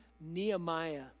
Nehemiah